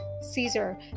caesar